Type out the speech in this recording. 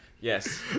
Yes